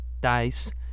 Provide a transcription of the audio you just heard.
dice